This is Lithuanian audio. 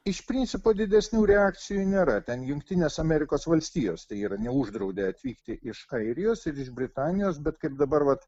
iš principo didesnių reakcijų nėra ten jungtinės amerikos valstijos tai yra neuždraudė atvykti iš airijos ir iš britanijos bet kaip dabar vat